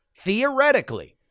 theoretically